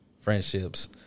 friendships